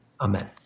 Amen